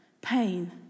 pain